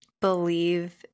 believe